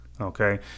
Okay